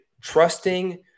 trusting